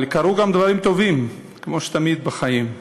אבל קרו גם דברים טובים, כמו שתמיד בחיים,